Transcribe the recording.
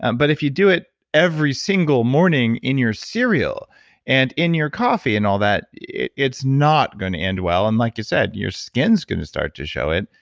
and but if you do it every single morning in your cereal and in your coffee and all that, it's not going to end well. and like you said, your skin's going to start to show it.